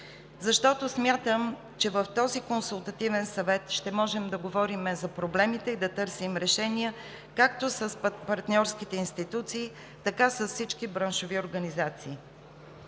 защото смятам, че в този Консултативен съвет ще можем да говорим за проблемите и да търсим решения както с партньорските институции, така с всички браншови организации.